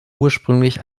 ursprünglich